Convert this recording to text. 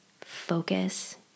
focus